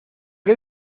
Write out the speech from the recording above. qué